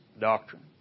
Doctrine